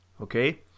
okay